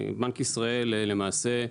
בנק ישראל למעשה,